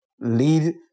lead